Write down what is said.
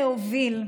להוביל.